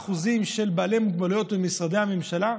5% של בעלי מוגבלויות במשרדי הממשלה?